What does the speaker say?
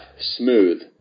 smooth